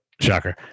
Shocker